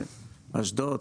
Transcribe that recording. אשדוד,